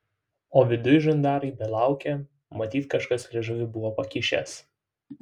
o viduj žandarai belaukią matyt kažkas liežuvį buvo pakišęs